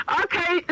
okay